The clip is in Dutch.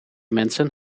mensen